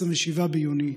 27 ביוני,